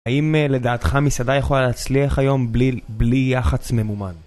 האם לדעתך מסעדה יכולה להצליח היום בלי יח"צ ממומן?